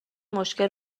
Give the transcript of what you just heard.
مشکل